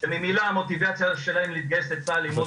שממילא המוטיבציה שלהם להתגייס לצה"ל היא מאוד